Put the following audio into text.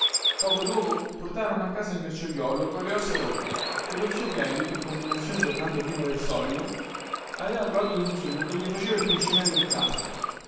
poco dopo portarono a casa il merciaiuolo colle ossa rotte chè lo zio cheli per combinazione tornando prima del solito aveva trovato don tinu che gli faceva il pulcinella in casa